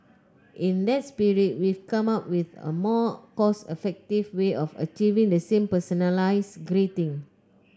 in that spirit we've come up with a more cost effective way of achieving the same personalise greeting